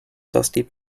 dusty